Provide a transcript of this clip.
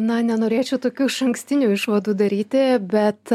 na nenorėčiau tokių išankstinių išvadų daryti bet